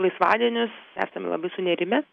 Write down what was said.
laisvadienius esam labai sunerimę